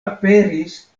aperis